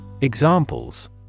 Examples